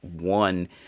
one